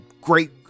great